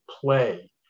play